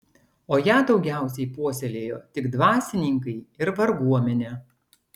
o ją daugiausiai puoselėjo tik dvasininkai ir varguomenė